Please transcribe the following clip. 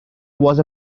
was